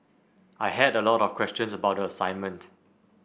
I had a lot of questions about the assignment